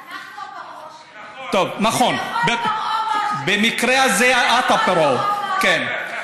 אנחנו הפרעה שלו, נכון, במקרה הזה, את הפרעה, כן.